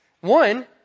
One